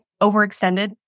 overextended